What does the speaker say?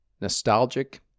Nostalgic